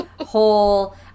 whole